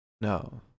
No